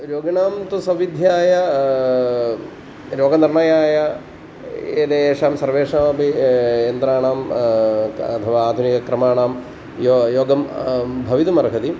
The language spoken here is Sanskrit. रोगिणां तु सौविध्याय रोगनिर्णयाय एतेषां सर्वेषामपि यन्त्राणाम् अथवा आधुनिकक्रमाणां यो योगं भवितुम् अर्हति